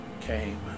came